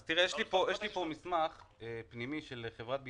יש לי כאן מסמך פנימי של חברת ביטוח,